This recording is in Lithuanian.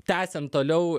tęsiant toliau